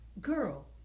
girl